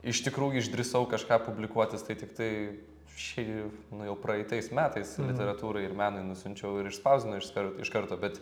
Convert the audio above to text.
iš tikrųjų išdrįsau kažką publikuotis tai tiktai šiaip nu jau praeitais metais literatūrai ir menui nusiunčiau ir išspausdino iš skar iš karto bet